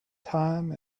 time